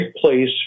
place